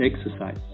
exercise